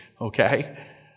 okay